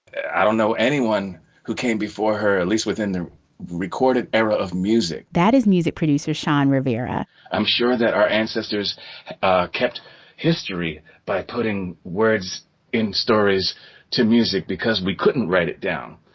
i don't know anyone who came before her, at least within their recorded era of music, that is music producer shawn rivera i'm sure that our ancestors kept history by putting words in stories to music because we couldn't write it down.